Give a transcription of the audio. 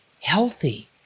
healthy